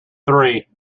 three